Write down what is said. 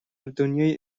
دنیای